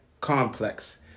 Complex